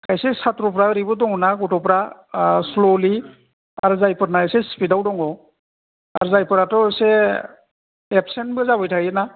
खायसे साट्र'फ्रा ओरैबो दंना गथ'फ्रा ओ स्ल'लि आरो जायफोरना एसे स्फिदाव दङ आरो जायफोराथ' एसे एबसेन्टबो जाबाय थायोना